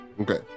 Okay